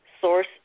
source